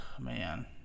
man